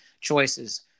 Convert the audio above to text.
choices